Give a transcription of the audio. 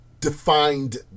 defined